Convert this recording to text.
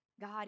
God